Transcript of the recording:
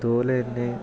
അതുപോലെ തന്നെ